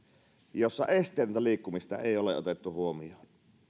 jossa esteetöntä liikkumista ei ole otettu huomioon